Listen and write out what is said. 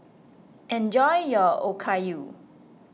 enjoy your Okayu